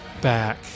back